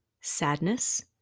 sadness